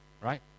right